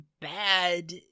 bad